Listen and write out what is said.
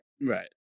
Right